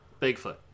Bigfoot